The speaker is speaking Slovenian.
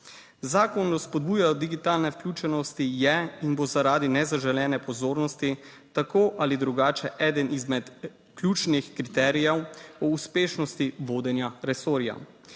Zakon o spodbujanju digitalne vključenosti je in bo zaradi nezaželene pozornosti tako ali drugače eden izmed ključnih kriterijev o uspešnosti vodenja resorja.